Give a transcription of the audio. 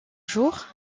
jours